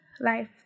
life